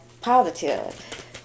positive